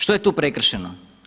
Što je tu prekršeno?